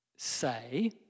Say